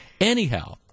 anyhow